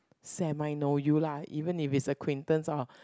Semi know you lah even if is acquaintance or